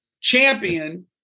champion